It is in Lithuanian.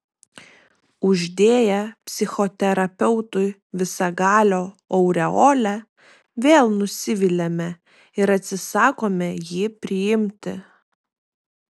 uždėję psichoterapeutui visagalio aureolę vėl nusiviliame ir atsisakome jį priimti